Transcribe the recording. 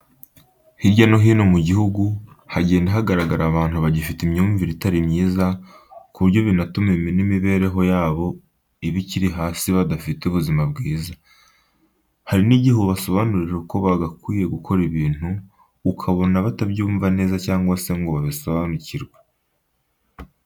Hirya no hino mu gihugu hagenda hagaragara abantu bagifite imyumvire itari myiza ku buryo binatuma n'imibereho yabo iba ikiri hasi badafite ubuzima bwiza. Hari n'igihe ubasobanurira uko bagakwiye gukora ibintu ukabona batabyumva neza cyangwa se ngo babisobanukirwe.